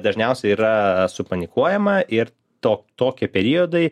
dažniausiai yra supanikuojama ir to tokie periodai